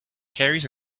carries